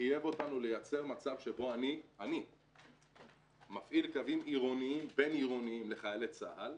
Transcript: שחייב אותנו לייצר מצב שבו אני מפעיל קוים בין עירוניים לחיילי צה"ל,